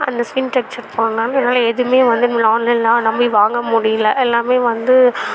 அந்த skin texture போனதுனால என்னால் எதுவுமே வந்து ஆன்லைனில் நம்பி வாங்க முடியல எல்லாமே வந்து